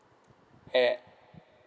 a~